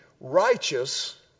righteous